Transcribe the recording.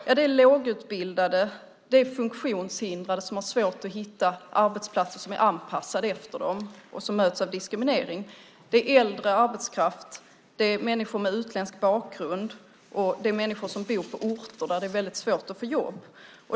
Ja, det är lågutbildade, personer med funktionsnedsättning som har svårt att hitta arbetsplatser som är anpassade efter dem och som möts av diskriminering. Det är äldre arbetskraft, det är människor med utländsk bakgrund och det är människor som bor på orter där det är väldigt svårt att få jobb.